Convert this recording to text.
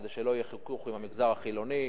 כדי שלא יהיה חיכוך עם המגזר החילוני,